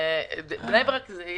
בבני ברק יש